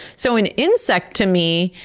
so an insect, to me,